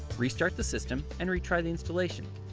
restart the system and retry the installation.